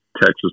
Texas